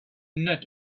not